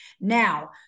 Now